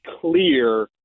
clear